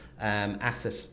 asset